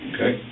Okay